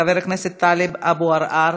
חבר הכנסת טלב אבו עראר,